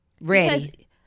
Ready